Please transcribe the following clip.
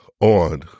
on